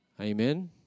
Amen